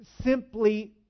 simply